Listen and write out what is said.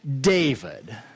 David